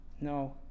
No